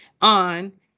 on